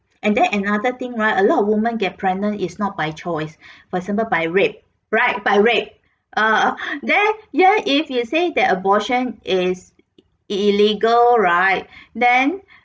and then another thing right a lot of women get pregnant is not by choice for example by rape right by rape uh there then if you say that abortion is illegal right then